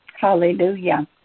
Hallelujah